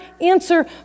answer